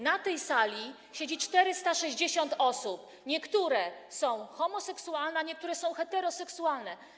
Na tej sali siedzi 460 osób, niektóre są homoseksualne, a niektóre są heteroseksualne.